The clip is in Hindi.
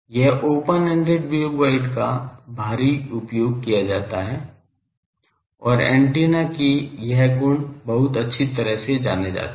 यह ओपन एंडेड वेवगाइड का भारी उपयोग किया जाता है और एंटीना के यह गुण बहुत अच्छी तरह से जाने जाते है